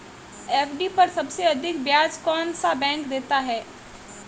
FD पर सबसे अधिक ब्याज कौन सा बैंक देता है?